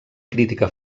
crítica